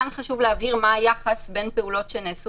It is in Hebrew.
כאן חשוב להבהיר מה היחס בין פעולות שנעשו